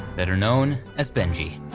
better known as benji.